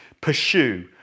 Pursue